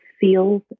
feels